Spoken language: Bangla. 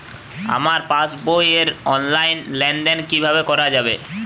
আমার পাসবই র অনলাইন লেনদেন কিভাবে করা যাবে?